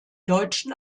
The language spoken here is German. deutschen